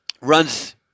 runs